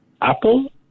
Apple